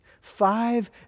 Five